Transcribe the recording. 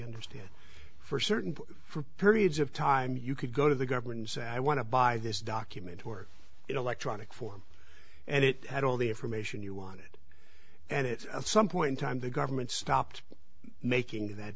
understand for certain periods of time you could go to the government say i want to buy this document or electronic form and it had all the information you wanted and it at some point in time the government stopped making that